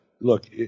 Look